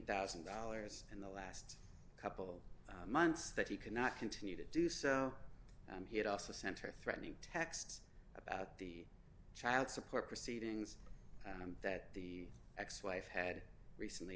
thousand dollars in the last couple months that he could not continue to do so and he had also center threatening text about the child support proceedings that the ex wife had recently